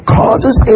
causes